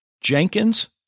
Jenkins